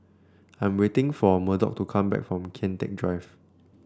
I'm waiting for Murdock to come back from Kian Teck Drive